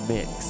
Mix